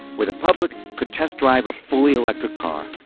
where the public could test drive a fully electric car.